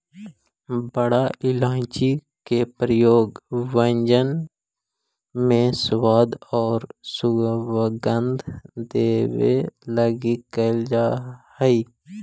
बड़ा इलायची के प्रयोग व्यंजन में स्वाद औउर सुगंध देवे लगी कैइल जा हई